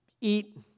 eat